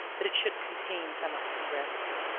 that it should contain somewhat progressive.